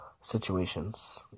situations